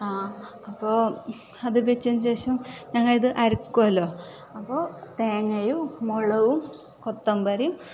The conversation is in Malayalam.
ആ അപ്പോൾ അത് വെച്ചതിന് ശേഷം ഞങ്ങൾ ഇത് അരയ്ക്കുവല്ലോ അപ്പം തേങ്ങയും മുളകും കൊത്തമ്പരിയും